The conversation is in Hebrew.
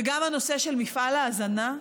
וגם הנושא של מפעל ההזנה,